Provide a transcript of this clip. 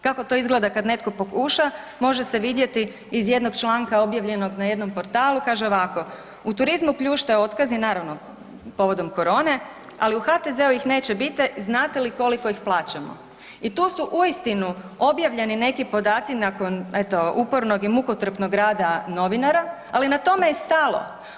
Kako to izgleda kad netko pokuša može se vidjeti iz jednog članka objavljenog na jednom portalu, kaže ovako „U turizmu pljušte otkazi, naravno povodom korone, ali u HTZ-u ih neće biti, znate li koliko ih plaćamo?“ I tu su uistinu objavljeni neki podaci nakon eto upornog i mukotrpnog rada novinara, ali na tome je stalo.